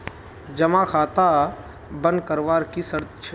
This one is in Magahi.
जमा खाता बन करवार की शर्त छे?